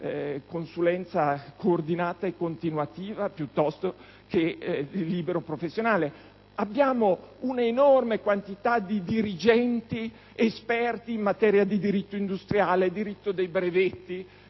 consulenza coordinata e continuativa, piuttosto che libero-professionale? Abbiamo una grande ricchezza di dirigenti esperti in materia di diritto industriale, diritto dei brevetti,